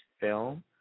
Film